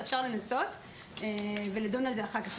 אפשר לדון על זה אחר כך.